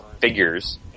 Figures